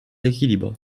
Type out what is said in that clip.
l’équilibre